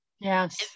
Yes